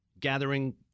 gathering